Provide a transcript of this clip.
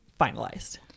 finalized